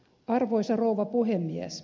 arvoisa rouva puhemies